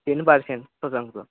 ten percent দশ শতাংশ